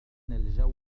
الجو